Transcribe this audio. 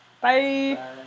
Bye